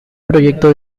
proyecto